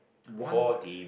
one